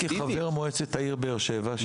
הייתי חבר מועצת העיר באר שבע,